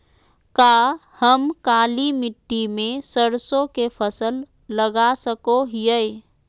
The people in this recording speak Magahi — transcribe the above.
का हम काली मिट्टी में सरसों के फसल लगा सको हीयय?